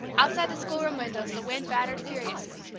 outside the schoolroom windows the wind battered furiously,